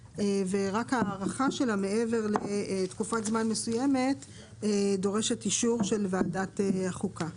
והארכה שלה מעבר לתקופת זמן מסוימת דורשת אישור של ועדת החוקה.